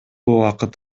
убакыт